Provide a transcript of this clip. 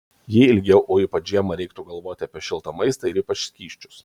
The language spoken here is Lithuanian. jei ilgiau o ypač žiemą reiktų galvoti apie šiltą maistą ir ypač skysčius